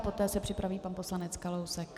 Poté se připraví pan poslanec Kalousek.